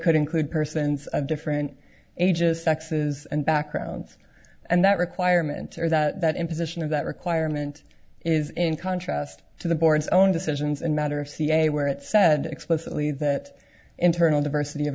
could include persons of different ages sexes and backgrounds and that requirement or that imposition of that requirement is in contrast to the board's own decisions and matter of ca where it said explicitly that internal diversity of